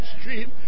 street